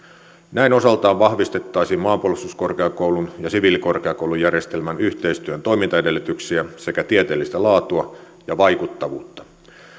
näin osaltaan vahvistettaisiin maanpuolustuskorkeakoulun ja siviilikorkeakoulujärjestelmän yhteistyön toimintaedellytyksiä sekä tieteellistä laatua ja vaikuttavuutta